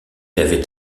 avait